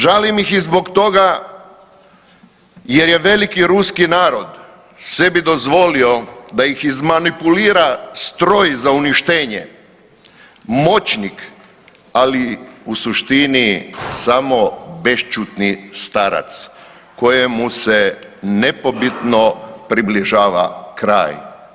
Žalim ih i zbog toga jer je veliki ruski narod sebi dozvoli da ih izmanipulira stroj za uništenje, moćnik ali u suštini samo bešćutni starac kojemu se nepobitno približava kraj.